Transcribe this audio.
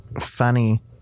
Funny